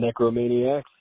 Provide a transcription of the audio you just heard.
Necromaniacs